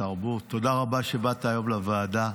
תודה רבה שבאת היום לוועדה.